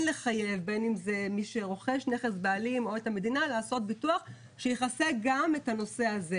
וכל מיני אנשים שמגיעים לשם לעשות לכאורה איזו שהיא יוזמה,